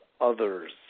others